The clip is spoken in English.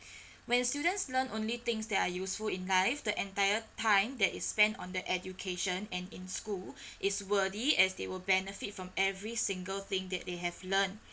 when students learn only things that are useful in life the entire time that is spent on the education and in school is worthy as they will benefit from every single thing that they have learnt